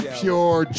pure